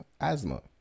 asthma